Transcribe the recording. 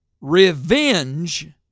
Revenge